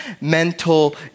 mental